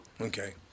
Okay